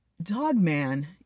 Dogman